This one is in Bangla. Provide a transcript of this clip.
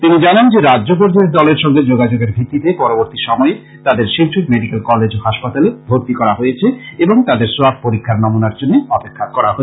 তিনি জানান যে রাজ্য পর্যায়ের দলের সঙ্গে যোগাযোগের ভিত্তিতে পরবর্তী সময়ে তাদের শিলচর মেডিকেল কলেজ ও হাসপাতালে ভর্তী করা হয়েছে এবং তাদের সোয়াব পরীক্ষার নমুনার জন্য অপেক্ষা করা হচ্ছে